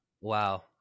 Wow